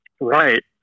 Right